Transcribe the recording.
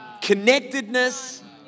connectedness